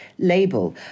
label